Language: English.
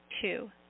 two